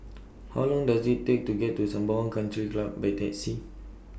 How Long Does IT Take to get to Sembawang Country Club By Taxi